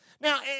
Now